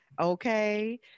okay